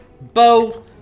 bow